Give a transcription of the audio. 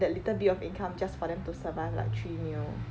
that little bit of income just for them to survive like three meal